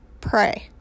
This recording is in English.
pray